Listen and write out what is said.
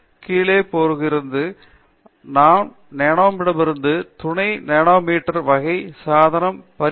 granularity கீழே போகிறது நானோமீட்டரிலிருந்து துணை நானோமீட்டர் வகை சாதன பரிமாணங்களுக்கு செல்கிறீர்கள்